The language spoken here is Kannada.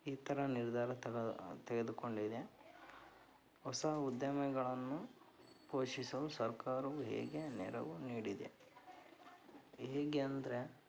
ಈ ಥರ ನಿರ್ಧಾರ ತಗೊ ತೆಗೆದುಕೊಂಡಿದೆ ಹೊಸ ಉದ್ಯಮಿಗಳನ್ನು ಪೋಷಿಸಲು ಸರ್ಕಾರವು ಹೇಗೆ ನೆರವು ನೀಡಿದೆ ಹೇಗೆ ಅಂದರೆ